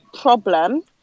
problem